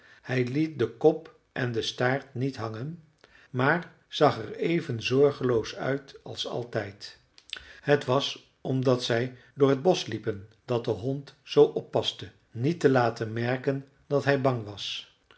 hij liet den kop en den staart niet hangen maar zag er even zorgeloos uit als altijd het was omdat zij door het bosch liepen dat de hond zoo oppaste niet te laten merken dat hij bang was